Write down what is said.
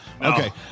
Okay